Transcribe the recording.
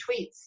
tweets